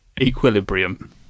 Equilibrium